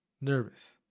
Nervous